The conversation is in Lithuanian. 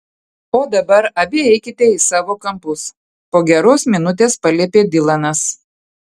o dabar abi eikite į savo kampus po geros minutės paliepė dilanas